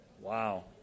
Wow